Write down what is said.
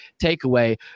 takeaway